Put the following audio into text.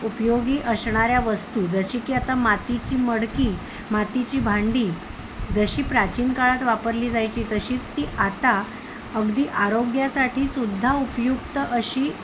उपयोगी असणाऱ्या वस्तू जशी की आता मातीची मडकी मातीची भांडी जशी प्राचीन काळात वापरली जायची तशीच ती आता अगदी आरोग्यासाठी सुद्धा उपयुक्त अशी